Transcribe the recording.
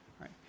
right